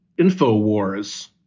InfoWars